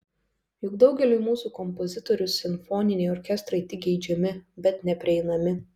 juk daugeliui mūsų kompozitorių simfoniniai orkestrai tik geidžiami bet neprieinami